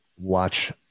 watch